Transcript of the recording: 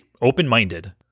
open-minded